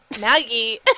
Maggie